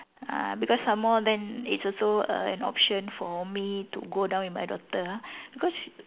uh because some more then it's also a an option for me to go down with my daughter ah because